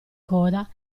coda